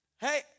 Hey